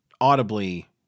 audibly